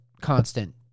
constant